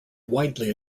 widely